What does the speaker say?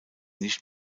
nicht